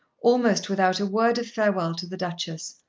almost without a word of farewell to the duchess,